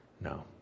No